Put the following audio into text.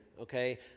okay